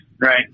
Right